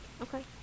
Okay